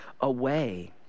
away